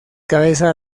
cabeza